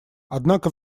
однако